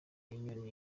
y’inyoni